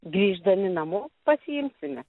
grįždami namo pasiimsime